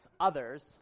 others